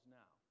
now